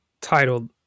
titled